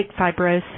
fibrosis